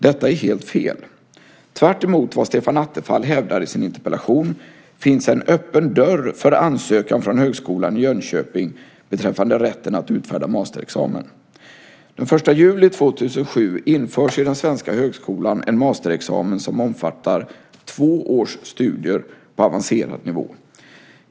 Detta är helt fel. Tvärtemot vad Stefan Attefall hävdar i sin interpellation finns en öppen dörr för ansökan från Högskolan i Jönköping beträffande rätten att utfärda masterexamen. Den 1 juli 2007 införs i den svenska högskolan en masterexamen som omfattar två års studier på avancerad nivå.